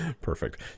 Perfect